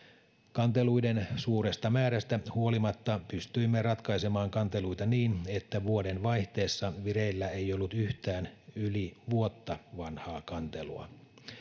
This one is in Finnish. kanteluiden suuresta määrästä huolimatta pystyimme ratkaisemaan kanteluita niin että vuodenvaihteessa vireillä ei ollut yhtään yli vuotta vanhaa kantelua